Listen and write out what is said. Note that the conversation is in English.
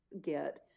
get